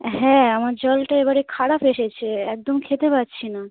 হ্যাঁ আমার জলটা এবারে খারাপ এসেছে একদম খেতে পাচ্ছি না